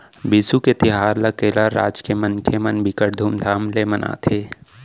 बिसु के तिहार ल केरल राज के मनखे मन बिकट धुमधाम ले मनाथे